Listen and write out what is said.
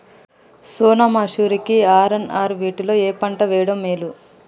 సోనా మాషురి కి ఆర్.ఎన్.ఆర్ వీటిలో ఏ పంట వెయ్యడం మేలు?